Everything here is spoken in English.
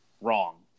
wrong